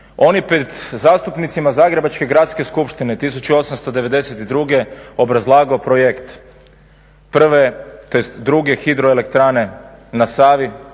On je pred zastupnicima Zagrebačke gradske skupštine 1892.obrazlao projekt prve, tj. druge hidroelektrane na Savi